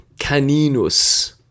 caninus